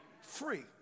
Free